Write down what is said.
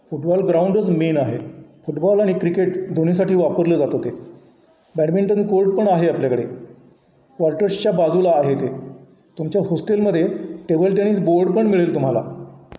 football ग्राउंडच main आहे football आणि क्रिकेट दोन्हीसाठी वापरलं जातं होते बॅडमिंटन कोर्ट पण आहे आपल्याकडे वॉल्टसच्या बाजूला आहे ते तुमच्या होस्टेलमध्ये टेबल टेनिस बोर्ड पण मिळेल तुम्हाला